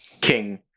King